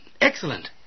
Excellent